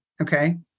Okay